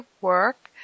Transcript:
work